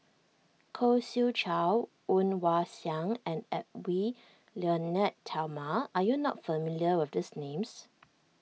Khoo Swee Chiow Woon Wah Siang and Edwy Lyonet Talma are you not familiar with these names